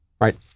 right